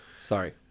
Sorry